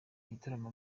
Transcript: igitaramo